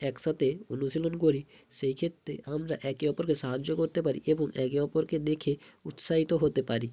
একসাথে অনুশীলন করি সেই ক্ষেত্রে আমরা একে অপরকে সাহায্য করতে পারি এবং একে অপরকে দেখে উৎসাহিত হতে পারি